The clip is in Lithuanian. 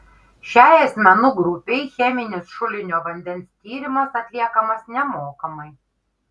šiai asmenų grupei cheminis šulinio vandens tyrimas atliekamas nemokamai